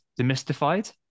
demystified